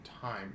time